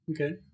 Okay